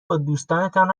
بادوستانتان